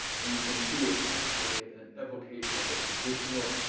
and you can see it's actually an evocation of a traditional.